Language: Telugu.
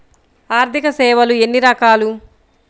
ఆర్థిక సేవలు ఎన్ని రకాలు?